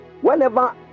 whenever